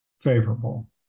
favorable